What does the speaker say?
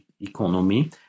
economy